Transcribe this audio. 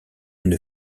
une